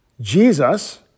Jesus